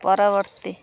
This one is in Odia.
ପରବର୍ତ୍ତୀ